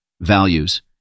values